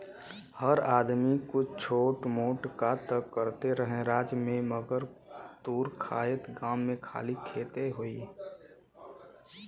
हर आदमी कुछ छोट मोट कां त करते रहे राज्य मे मगर दूर खएत गाम मे खाली खेती होए